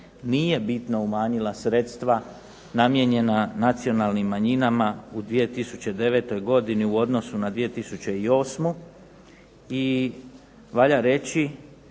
nije bitno umanjila sredstva namijenjena nacionalnim manjinama u 2009. godini u odnosu na 2008. i valja reći